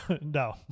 No